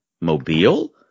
Mobile